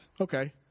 okay